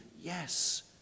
Yes